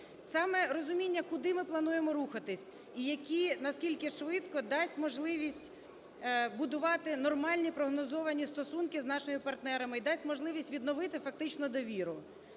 Саме розуміння, куди ми плануємо рухатися, і які, наскільки швидко дасть можливість будувати нормальні прогнозовані стосунки з нашими партнерами і дасть можливість відновити фактично довіру.